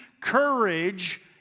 courage